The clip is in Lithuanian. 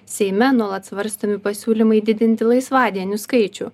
seime nuolat svarstomi pasiūlymai didinti laisvadienių skaičių